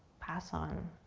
pass on.